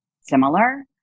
similar